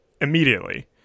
immediately